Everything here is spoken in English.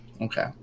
okay